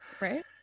right